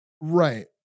Right